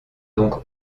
donc